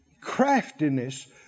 craftiness